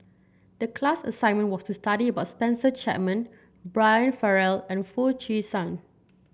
the class assignment was to study about Spencer Chapman Brian Farrell and Foo Chee San